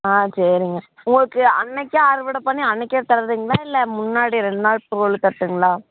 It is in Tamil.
சரிங்க உங்களுக்கு அன்றைக்கே அறுவடை பண்ணி அன்றைக்கே தரட்டுங்களா இல்லை முன்னாடி ரெண்டு நாள் போல தரட்டுங்களா